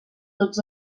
tots